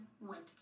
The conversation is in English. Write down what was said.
went